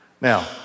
Now